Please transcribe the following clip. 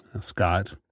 Scott